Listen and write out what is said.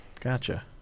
Gotcha